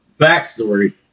Backstory